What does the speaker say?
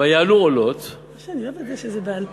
ויעלו עולות, מה שאני אוהבת, שזה בעל-פה.